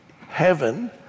Heaven